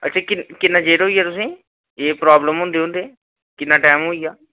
अच्छा किन्ना चिर होई गेआ तुसेंगी एह् प्रॉब्लम होंदे होंदे किन्ना टाईम होई गेआ